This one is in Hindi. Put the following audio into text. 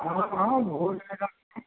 हाँ हाँ हो जाएगा काम